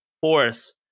force